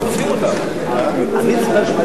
תשובה: אנחנו לא,